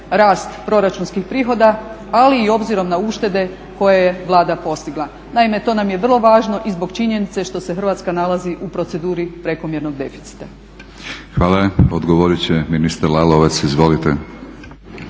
rast proračunskih prihoda, ali i obzirom na uštede koje je Vlada postigla? Naime, to nam je vrlo važno i zbog činjenice što se Hrvatska nalazi u proceduri prekomjernog deficita. **Batinić, Milorad (HNS)** Hvala. Odgovorit će ministar Lalovac. Izvolite.